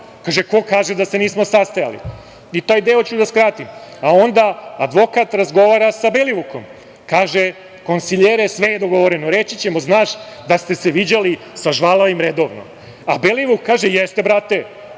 Ko kaže da se nismo sastajali“. Taj deo ću da skratim. Onda advokat razgovara sa Belivukom i kaže: „Konsiljere, sve je dogovoreno. Reći ćemo – znaš da ste se viđali sa žvalavim redovno.“, a Belivuk kaže: „Jeste, brate.